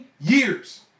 years